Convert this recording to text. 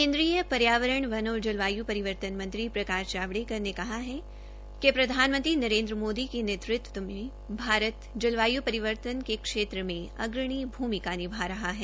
केन्द्रीय पर्यावरण वन और जलवायु परिवर्तन मंत्री प्रकाश जावड़ेकर ने कहा है कि प्रधानमंत्री नरेन्द्र मोदी के नेतृत्व में भारत जलवायु परिवर्तन के क्षेत्र में अग्रणी भूमिका निभा रहा है